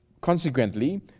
consequently